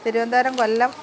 Thiruvananthapuram Kollam